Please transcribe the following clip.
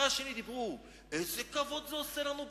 השני דיברו: איזה כבוד זה עושה לנו בעולם,